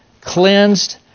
cleansed